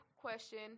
question